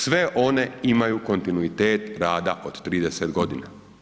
Sve one imaju kontinuitet rada od 30 godina.